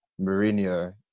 Mourinho